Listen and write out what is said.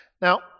Now